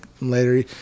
later